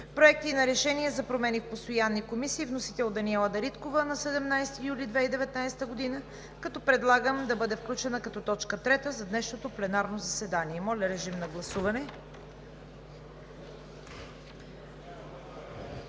Проекти на решения за промени в постоянни комисии, вносител: Даниела Дариткова на 17 юли 2019 г., която предлагам да бъде включена като т. 3 за днешното пленарно заседание. Моля, режим на гласуване.